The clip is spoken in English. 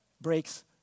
breaks